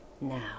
now